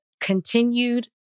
continued